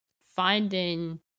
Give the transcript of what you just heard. finding